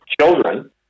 children